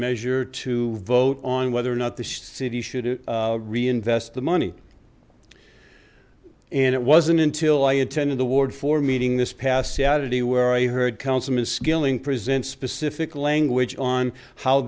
measure to vote on whether or not the city should reinvest the money and it wasn't until i attended the ward four meeting this past saturday where i heard councilman skilling present specific language on how